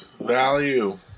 Value